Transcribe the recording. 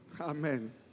Amen